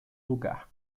lugar